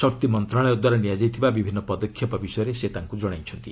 ଶକ୍ତି ମନ୍ତ୍ରଣାଳୟ ଦ୍ୱାରା ନିଆଯାଇଥିବା ବିଭିନ୍ନ ପଦକ୍ଷେପ ବିଷୟରେ ସେ ତାଙ୍କୁ ଜଣାଇଛନ୍ତି